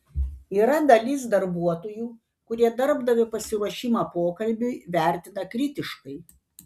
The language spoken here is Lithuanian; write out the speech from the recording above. yra dalis darbuotojų kurie darbdavio pasiruošimą pokalbiui vertina kritiškai